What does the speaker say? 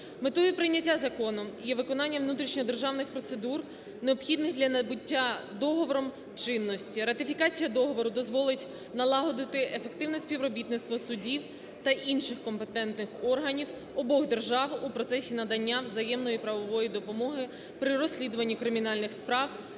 Метою прийняття закону є виконання внутрішньо державних процедур, необхідних для набуття договором чинності. Ратифікація договору дозволить налагодити ефективне співробітництво судів та інших компетентних органів обох держав у процесі надання взаємної правової допомоги при розслідуванні кримінальних справ